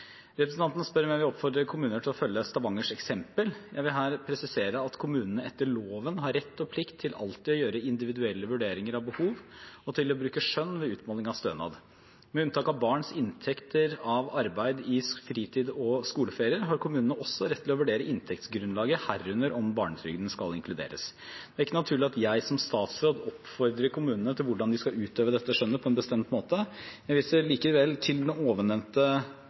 Representanten spør om jeg vil oppfordre kommuner til å følge Stavangers eksempel. Jeg vil her presisere at kommunene etter loven har rett og plikt til alltid å gjøre individuelle vurderinger av behov og til å bruke skjønn ved utmåling av stønad. Med unntak av barns inntekter av arbeid i fritid og skoleferier har kommunene også rett til å vurdere inntektsgrunnlaget, herunder om barnetrygden skal inkluderes. Det er ikke naturlig at jeg som statsråd oppfordrer kommunene til hvordan de skal utøve dette skjønnet på en bestemt måte. Jeg viser likevel til den ovennevnte